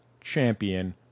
champion